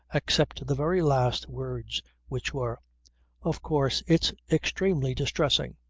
except the very last words which were of course, it's extremely distressing.